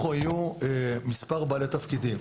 בתוך המשל"ט יהיו גם כמה בעלי תפקידים: